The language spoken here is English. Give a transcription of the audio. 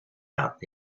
out